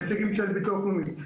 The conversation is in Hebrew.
נציגים של הביטוח הלאומי,